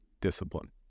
discipline